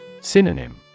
Synonym